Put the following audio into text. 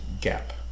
gap